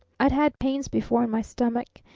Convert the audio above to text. i'd had pains before in my stomach,